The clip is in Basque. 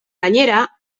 gainera